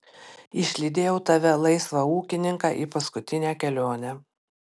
išlydėjau tave laisvą ūkininką į paskutinę kelionę